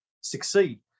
succeed